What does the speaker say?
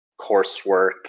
coursework